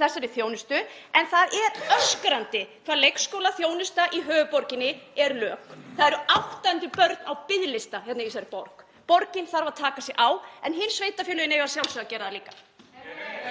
þessari þjónustu en það er öskrandi hvað leikskólaþjónusta í höfuðborginni er lök. Það eru 800 börn á biðlista hér í þessari borg. Borgin þarf að taka sig á en hin sveitarfélögin eiga að sjálfsögðu að gera það líka.